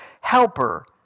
helper